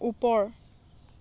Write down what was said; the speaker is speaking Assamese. ওপৰ